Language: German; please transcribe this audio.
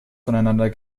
voneinander